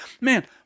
Man